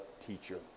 teacher